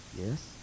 Yes